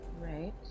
right